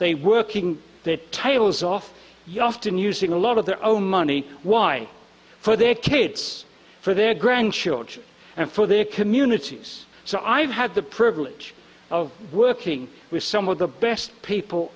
they working their tails off yassin using a lot of their own money why for their kids for their grandchildren and for their communities so i've had the privilege of working with some of the best people